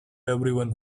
everyone